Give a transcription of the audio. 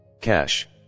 Cash